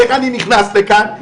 איך אני נכנס לכאן,